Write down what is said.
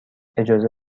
اجازه